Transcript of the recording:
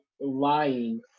lying